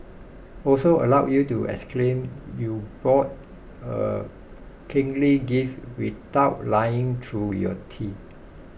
also allows you to exclaim you bought a kingly gift without lying through your teeth